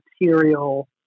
material